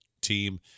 team